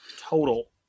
total